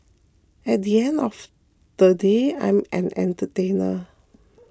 at the end of they day I'm an entertainer